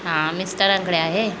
हां मिस्टरांकडे आहे